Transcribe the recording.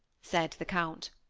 said the count.